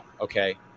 Okay